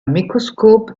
microscope